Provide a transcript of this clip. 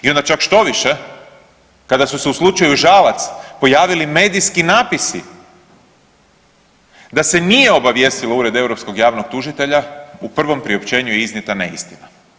I, onda čak štoviše kada su se u slučaju Žalac pojavili medijski napisi da se nije obavijestilo Ured Europskog javnog tužitelja u prvom priopćenju je iznijeta neistina.